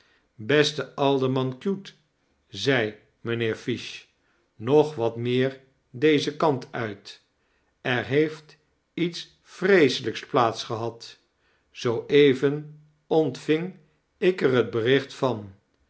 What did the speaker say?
bes'te alderman cute zei mijnheer fish nog wat meer dezen kant uit er heeft iets vreeselijks plaats gehad zoo even ontving ik er het bericht van